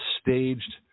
staged